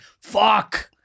fuck